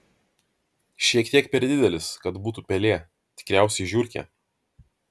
šiek tiek per didelis kad būtų pelė tikriausiai žiurkė